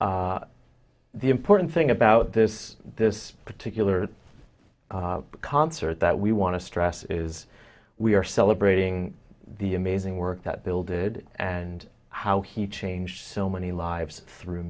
the important thing about this this particular concert that we want to stress is we are celebrating the amazing work that bill did and how he changed so many lives through